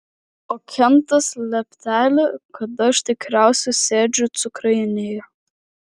o kentas lepteli kad aš tikriausiai sėdžiu cukrainėje